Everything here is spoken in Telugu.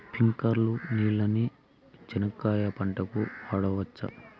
స్ప్రింక్లర్లు నీళ్ళని చెనక్కాయ పంట కు వాడవచ్చా?